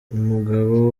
umugabo